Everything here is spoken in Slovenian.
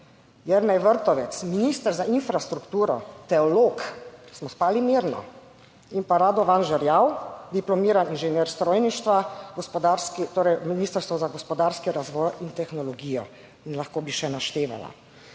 Jernej Vrtovec, minister za infrastrukturo, teolog, smo spali mirno. In pa Radovan Žerjav, diplomirani inženir strojništva, gospodarski, torej Ministrstvo za gospodarski razvoj in tehnologijo. In lahko bi še naštevala.